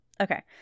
Okay